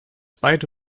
beide